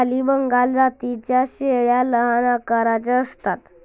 काली बंगाल जातीच्या शेळ्या लहान आकाराच्या असतात